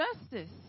justice